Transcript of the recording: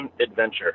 adventure